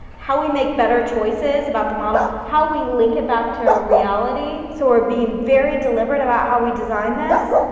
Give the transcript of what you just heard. how we make better choices about the model, how we link it back to ah reality, so we're being very deliberate about how we design this,